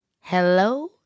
Hello